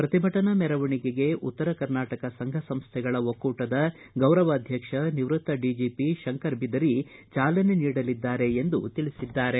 ಪ್ರತಿಭಟನಾ ಮೆರವಣಿಗೆಗೆ ಉತ್ತರ ಕರ್ನಾಟಕ ಸಂಘ ಸಂಸ್ಥೆಗಳ ಒಕ್ಕೂಟದ ಗೌರವ ಅಧ್ಯಕ್ಷ ನಿವೃತ್ತ ಡಿಜಿಪಿ ಶಂಕರ್ ಬಿದರಿ ಚಾಲನೆ ನೀಡಲಿದ್ದಾರೆ ಎಂದು ತಿಳಿಸಿದ್ದಾರೆ